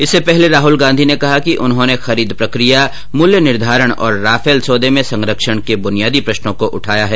इससे पहले राहुल गांधी ने कहा कि उन्होंने खरीद प्रक्रिया मूल्य निर्धारण और राफल सौदे में संरक्षण के बुनियादी प्रर्श्नो को उठाया है